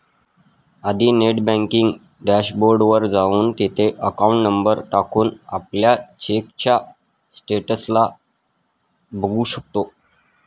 आधी net banking dashboard वर जाऊन, तिथे अकाउंट नंबर टाकून, आपल्या चेकच्या स्टेटस ला बघू शकतो